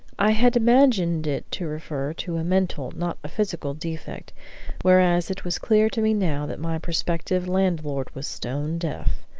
i had imagined it to refer to a mental, not a physical, defect whereas it was clear to me now that my prospective landlord was stone-deaf,